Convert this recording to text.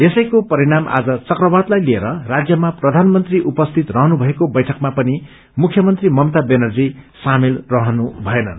यसैको परिणाम आज चक्रवातलाई लिएर राज्यमा प्रधानमन्त्रीको उपस्थित रहनुभएको बैठकमा पनि मुख्यमन्त्री ममता ब्यानर्जी सामेल रहनु भएनन्